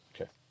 Okay